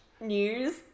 news